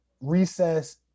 recess